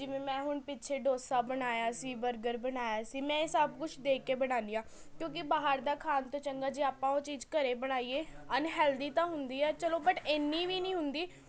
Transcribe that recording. ਜਿਵੇਂ ਮੈਂ ਹੁਣ ਪਿੱਛੇ ਡੋਸਾ ਬਣਾਇਆ ਸੀ ਬਰਗਰ ਬਣਾਇਆ ਸੀ ਮੈਂ ਇਹ ਸਭ ਕੁਛ ਦੇਖ ਕੇ ਬਣਾਨੀ ਹਾਂ ਕਿਉਂਕਿ ਬਾਹਰ ਦਾ ਖਾਣ ਤੋਂ ਚੰਗਾ ਜੇ ਆਪਾ ਓਹ ਚੀਜ਼ ਘਰੇ ਬਣਾਈਏ ਅਨਹੈਲਦੀ ਤਾਂ ਹੁੰਦੀ ਹੈ ਚਲੋ ਬਟ ਇੰਨੀ ਵੀ ਨਹੀਂ ਹੁੰਦੀ